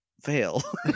fail